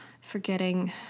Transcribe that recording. Forgetting